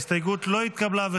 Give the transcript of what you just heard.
ההסתייגות לא התקבלה.